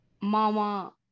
mama